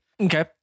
Okay